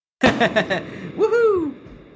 Woohoo